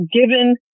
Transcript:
given